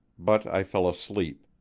but i fell asleep.